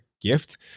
gift